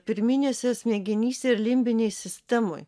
pirminėse smegenyse ir limbinėj sistemoj